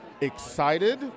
excited